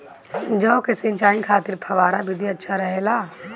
जौ के सिंचाई खातिर फव्वारा विधि अच्छा रहेला?